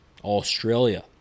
Australia